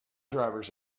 drivers